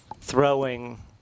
throwing